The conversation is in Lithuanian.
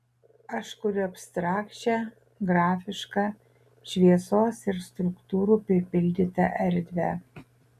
aš kuriu abstrakčią grafišką šviesos ir struktūrų pripildytą erdvę